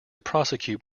prosecute